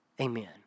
Amen